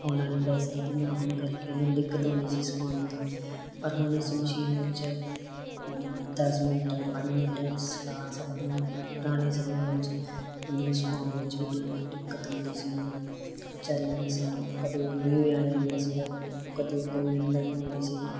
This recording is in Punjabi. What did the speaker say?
ਹੁਣ ਵਾਲੀ ਫੈਸਿਲਿਟੀ ਨਾ ਹੋਣ ਕਰਕੇ ਉਹਨਾਂ ਨੂੰ ਦਿੱਕਤ ਆਉਂਦੀ ਸੀ ਸਕਾਉਣ ਵਾਰੇ ਪਰ ਹੁਣ ਅਸੀਂ ਮਸ਼ੀਨ ਵਿੱਚ ਦਸ ਮਿੰਟ ਪੰਜ ਮਿੰਟ ਵਿੱਚ ਸਕਾ ਸਕਦੇ ਹਾਂ ਪੁਰਾਣੇ ਸਮਿਆਂ ਵਿੱਚ ਉਹਨੂੰ ਸੁਕਾਉਣ ਵਿੱਚ ਵੀ ਡਿਕ ਕ ਦਿੱਕਤ ਆਉਂਦੀ ਸੀਗੀ ਵਿਚਾਰੇ ਨੂੰ ਸਾਂ ਕਦੇ ਮੀਂਹ ਆ ਜਾਂਦਾ ਸੀਗਾ ਕਦੇ ਕਿਵੇਂ ਅੰਦਰ ਪਾਉਂਦੇ ਸੀਗੇ